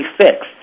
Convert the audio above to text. fixed